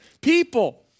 people